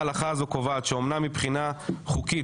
ההלכה הזו קובעת שאמנם מבחינה חוקית